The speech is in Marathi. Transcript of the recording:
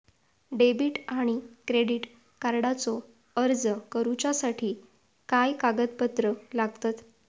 डेबिट आणि क्रेडिट कार्डचो अर्ज करुच्यासाठी काय कागदपत्र लागतत?